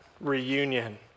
reunion